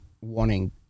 wanting